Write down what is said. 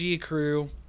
crew